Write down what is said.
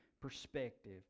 perspective